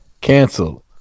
Cancel